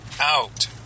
out